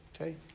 Okay